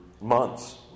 months